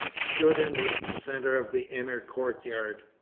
stood in the centre of the inner courtyard.